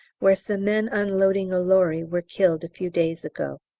where some men unloading a lorry were killed a few days ago.